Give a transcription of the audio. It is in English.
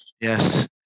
Yes